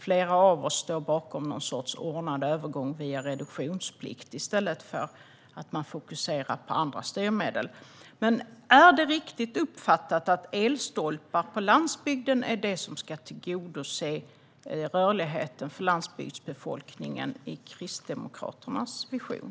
Flera av oss står bakom något slags ordnad övergång via reduktionsplikt i stället för att man fokuserar på andra styrmedel. Är det riktigt uppfattat att elstolpar på landsbygden är det som ska tillgodose rörligheten för landsbygdsbefolkningen i Kristdemokraternas vision?